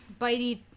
Bitey